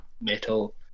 metal